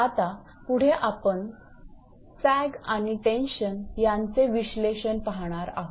आता पुढे आपण सॅग आणि टेन्शन यांचे विश्लेषण पाहणार आहोत